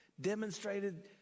demonstrated